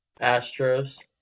Astros